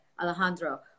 Alejandro